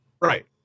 right